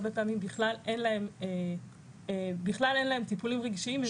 הרבה פעמים בכלל אין להם טיפולים רגשיים.